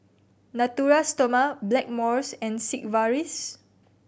Natura Stoma Blackmores and Sigvaris